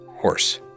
horse